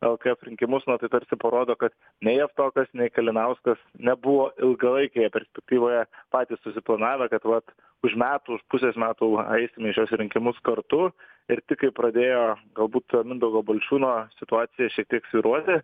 lkf rinkimus na tai tarsi parodo kad nei javtokas nei kalinauskas nebuvo ilgalaikėje perspektyvoje patys susiplanavę kad vat už metų už pusės metų aisim į šiuos rinkimus kartu ir tik kai pradėjo galbūt mindaugo balčiūno situacija šiek tiek svyruoti